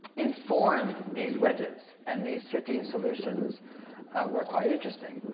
informed these wedges, and these fifteen solutions were quite interesting.